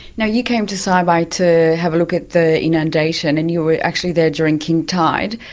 now, you came to saibai to have a look at the inundation and you were actually there during king tide.